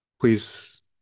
Please